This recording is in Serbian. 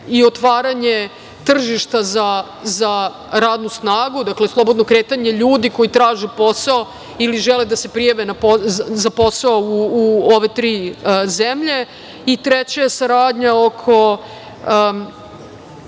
i otvaranje tržišta za radnu snagu, dakle slobodno kretanje ljudi koji traže posao ili žele da se prijave za posao u ove tri zemlje i treća je saradnja u